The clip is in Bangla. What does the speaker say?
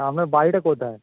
আপনার বাড়িটা কোথায়